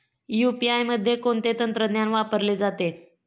UPI मध्ये कोणते तंत्रज्ञान वापरले जाते?